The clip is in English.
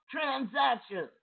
transactions